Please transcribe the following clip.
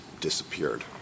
disappeared